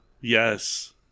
Yes